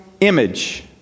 image